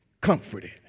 comforted